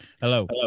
Hello